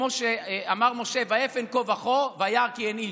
וכמו שאמר משה, "ויפן כה וכה וירא כי אין איש".